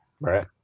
Right